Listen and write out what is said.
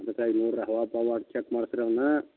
ಅದಕ್ಕಾಗಿ ನೋಡ್ರ ಹವಾ ಪವ ಅಚ್ಕಟ್ಟು ಮಾಡ್ಸ್ರೆ ಅವ್ನ